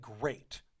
great